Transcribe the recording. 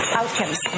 outcomes